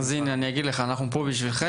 אז הינה, אני אגיד לך, אנחנו פה בשבילכם.